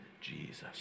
Jesus